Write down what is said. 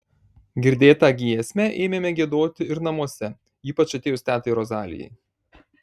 girdėtą giesmę ėmėme giedoti ir namuose ypač atėjus tetai rozalijai